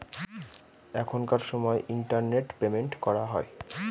এখনকার সময় internet payment করা হয়